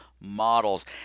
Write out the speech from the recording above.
models